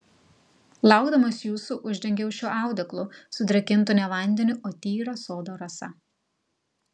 laukdamas jūsų uždengiau šiuo audeklu sudrėkintu ne vandeniu o tyra sodo rasa